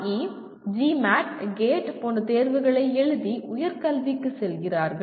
இ GMAT CAT போன்ற தேர்வுகளை எழுதி உயர் கல்விக்கு செல்கிறார்கள்